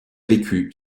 vécu